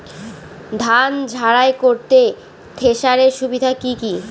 ধান ঝারাই করতে থেসারের সুবিধা কি কি?